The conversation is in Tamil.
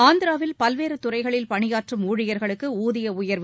ஆந்திராவில் பல்வேறு துறைகளில் பணியாற்றும் ஊழியர்களுக்கு ஊதிய உயர்வு